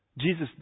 Jesus